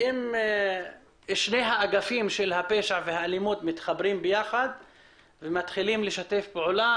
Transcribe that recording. כי אם שני האגפים של הפשע והאלימות מתחברים ומתחילים לשתף פעולה,